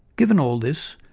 given all this,